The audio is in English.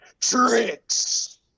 tricks